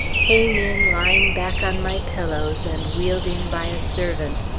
came in lying back on my pillows, and wheeled in by a servant.